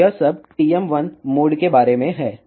तो यह सब TM1 मोड के बारे में है